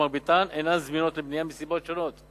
שמרביתן אינן זמינות לבנייה מסיבות שונות: